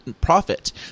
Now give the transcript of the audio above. profit